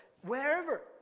wherever